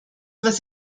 was